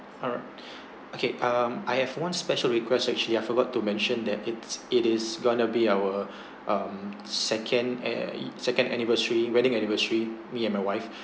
alright okay um I have one special request actually I forgot to mention that it's it is going to be our um second an~ second anniversary wedding anniversary me and my wife